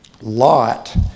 Lot